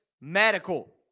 Medical